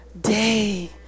day